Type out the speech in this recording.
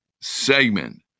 segment